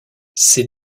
ces